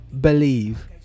believe